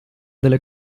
delle